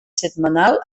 setmanal